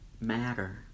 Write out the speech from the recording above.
matter